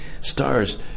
Stars